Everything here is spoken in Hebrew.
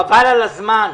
חבל על הזמן.